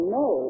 no